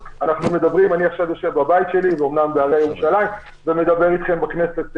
אני עכשיו יושב בבית שלי ומדבר איתכם בכנסת.